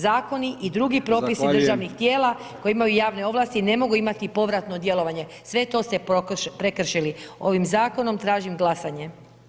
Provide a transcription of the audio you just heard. Zakoni i drugi propisi [[Upadica: Zahvaljujem]] državnih tijela koje imaju javne ovlasti ne mogu imati povratno djelovanje, sve to ste prekršili ovim zakonom, tražim glasanje.